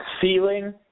Ceiling